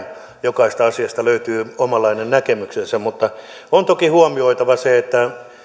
jokaisesta asiasta löytyy omanlainen näkemyksensä mutta on toki huomioitava se että